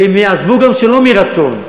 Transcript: והם יעזבו גם שלא מרצון,